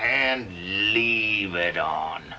and leave it on